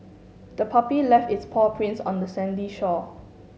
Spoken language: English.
the puppy left its paw prints on the sandy shore